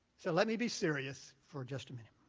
so let me be serious for just a minute.